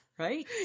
right